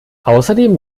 außerdem